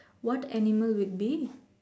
what animal would be